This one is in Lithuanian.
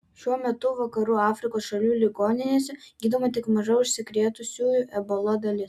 šiuo metu vakarų afrikos šalių ligoninėse gydoma tik maža užsikrėtusiųjų ebola dalis